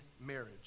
marriage